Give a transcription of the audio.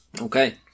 Okay